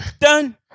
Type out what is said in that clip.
Done